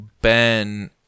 ben